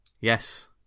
yes